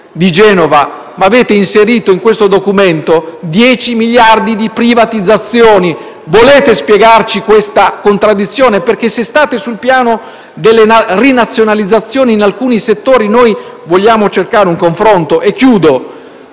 di Genova, ma avete inserito in questo documento 10 miliardi di privatizzazioni. Volete spiegarci questa contraddizione? Se state sul piano delle rinazionalizzazioni in alcuni settori, noi vogliamo cercare un confronto. C'è poi